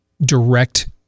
direct